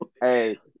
Hey